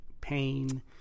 pain